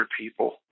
people